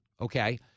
okay